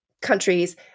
countries